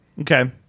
Okay